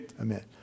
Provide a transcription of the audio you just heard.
amen